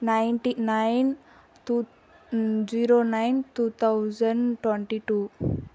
ninety nine two zero nine two thousand twenty two